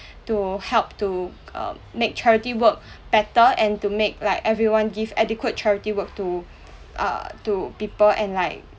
to help to um make charity work better and to make like everyone give adequate charity work to err to people and like